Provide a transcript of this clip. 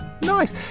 Nice